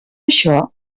això